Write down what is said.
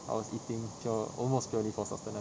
I was eating cho~ almost purely for sustenance